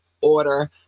order